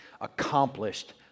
accomplished